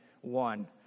one